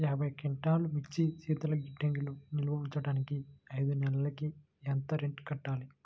యాభై క్వింటాల్లు మిర్చి శీతల గిడ్డంగిలో నిల్వ ఉంచటానికి ఐదు నెలలకి ఎంత రెంట్ కట్టాలి?